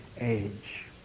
age